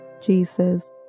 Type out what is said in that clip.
Jesus